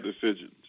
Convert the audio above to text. decisions